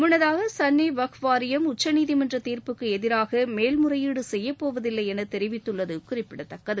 முன்னதாக சன்னி வக்ஃப் வாரியம் உச்சநீதிமன்றத் தீர்ப்புக்கு எதிராக மேல்முறையீடு செய்யப்போவதில்லை என தெரிவித்துள்ளது குறிப்பிடத்தக்கது